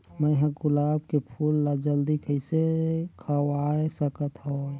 मैं ह गुलाब के फूल ला जल्दी कइसे खवाय सकथ हवे?